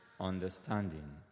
understanding